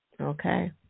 okay